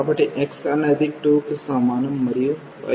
కాబట్టి x అనేది 2 కి సమానం మరియు y విలువ 2x